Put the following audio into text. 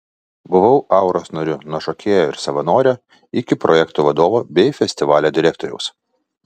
buvau auros nariu nuo šokėjo ir savanorio iki projektų vadovo bei festivalio direktoriaus